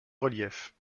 reliefs